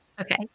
Okay